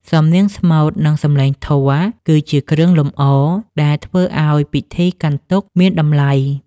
សំនៀងស្មូត និងសំឡេងធម៌គឺជាគ្រឿងលម្អដែលធ្វើឱ្យពិធីកាន់ទុក្ខមានតម្លៃ។